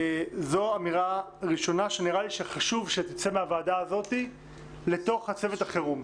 זו אמירה ראשונה שנראה לי שחשוב שתצא מהוועדה הזאת לתוך צוות החירום.